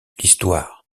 l’histoire